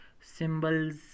symbols